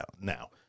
now